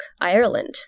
Ireland